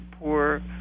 poor